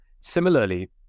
Similarly